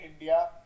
India